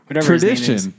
Tradition